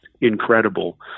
incredible